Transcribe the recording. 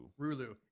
Rulu